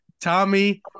Tommy